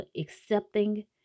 accepting